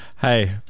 Hey